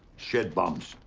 shit bums.